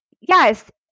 Yes